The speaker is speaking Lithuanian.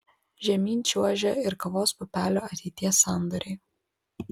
žemyn čiuožia ir kavos pupelių ateities sandoriai